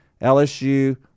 lsu